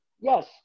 yes